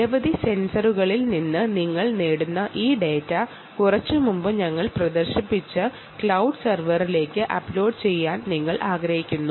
നിരവധി സെൻസറുകളിൽ നിന്ന് നിങ്ങൾ നേടുന്ന ഈ ഡാറ്റയെ കുറിച്ച് മുമ്പ് ഞങ്ങൾ കാണിച്ചിരുന്ന ക്ലൌഡ് സെർവറിലേക്ക് അപ്ലോഡ് ചെയ്യാൻ കഴിയുന്നു